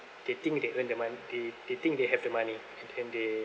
they think they earn the money they think they have the money and they